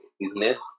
business